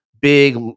big